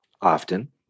often